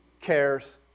cares